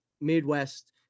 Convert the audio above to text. Midwest